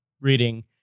reading